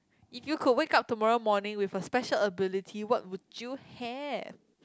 if you could wake up tomorrow morning with a special ability what would you have